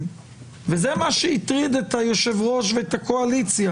וזה מה שהטריד את היושב-ראש ואת הקואליציה,